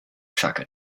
tracker